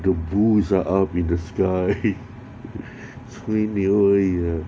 the bulls are up in the sky 吹牛而已啦